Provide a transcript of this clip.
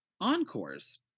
Encores